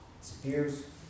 disappears